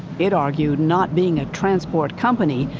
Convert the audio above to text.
it argued, not being a transport company,